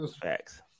Facts